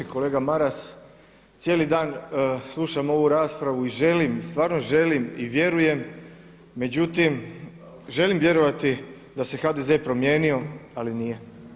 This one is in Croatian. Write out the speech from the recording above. Kolega Maras, cijeli dan slušam ovu raspravu i želim, stvarno želim i vjerujem, međutim želim vjerovati da se HDZ promijenio, ali nije.